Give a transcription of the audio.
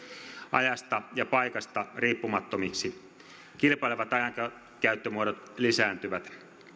ajasta ja paikasta riippumattomaksi kilpailevat ajankäyttömuodot lisääntyvät